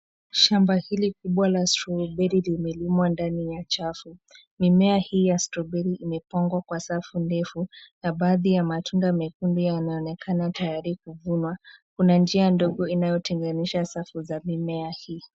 Shamba hili kubwa la strawberry limelimwa ndani ya chafu. Mimea hii ya strawberry imepangwa kwa safu ndefu na baadhi ya matunda mekundu yanaonekana tayari kuvunwa. Kuna njia ndogo inayotenganisha safu za mimea hii.